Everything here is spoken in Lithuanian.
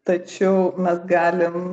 tačiau mes galim